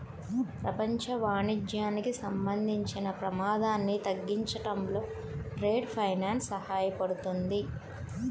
ప్రపంచ వాణిజ్యానికి సంబంధించిన ప్రమాదాన్ని తగ్గించడంలో ట్రేడ్ ఫైనాన్స్ సహాయపడుతుంది